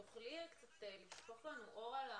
תוכלי קצת לשפוך אור על המספרים?